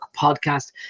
podcast